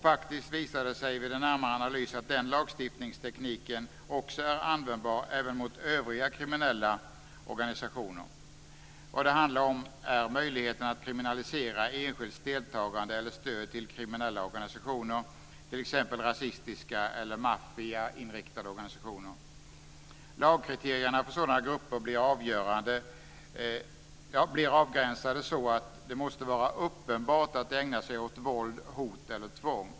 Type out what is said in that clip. Faktiskt visade det sig vid en närmare analys att den lagstiftningstekniken är användbar även mot övriga kriminella organisationer. Vad det handlar om är möjligheten att kriminalisera enskilds deltagande i eller stöd till kriminella organisationer, t.ex. rasistiska eller maffiainriktade organisationer. Lagkriterierna för sådana grupper blir avgränsade så att det måste vara uppenbart att de ägnar sig åt våld, hot eller tvång.